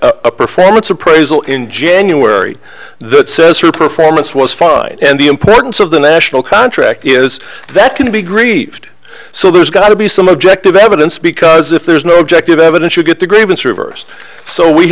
here a performance appraisal in january the it says her performance was fine and the importance of the national contract is that can be grieved so there's got to be some objective evidence because if there's no objective evidence you get the grievance reversed so we